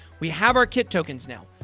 we have our kit tokens now.